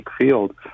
Field